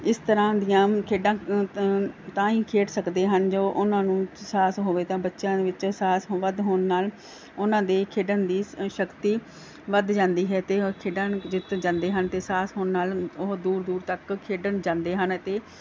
ਇਸ ਤਰ੍ਹਾਂ ਦੀਆਂ ਖੇਡਾਂ ਤਾਂ ਹੀ ਖੇਡ ਸਕਦੇ ਹਨ ਜੋ ਉਹਨਾਂ ਨੂੰ ਸਾਹਸ ਹੋਵੇ ਤਾਂ ਬੱਚਿਆਂ ਦੇ ਵਿੱਚ ਸਾਹਸ ਤੋਂ ਵੱਧ ਹੋਣ ਨਾਲ ਉਹਨਾਂ ਦੇ ਖੇਡਣ ਦੀ ਸ਼ਕਤੀ ਵੱਧ ਜਾਂਦੀ ਹੈ ਅਤੇ ਉਹ ਖੇਡਾਂ ਜਿੱਤ ਜਾਂਦੇ ਹਨ ਅਤੇ ਸਾਹਸ ਹੋਣ ਨਾਲ ਉਹ ਦੂਰ ਦੂਰ ਤੱਕ ਖੇਡਣ ਜਾਂਦੇ ਹਨ ਅਤੇ